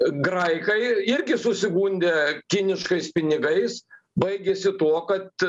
graikai irgi susigundė kiniškais pinigais baigėsi tuo kad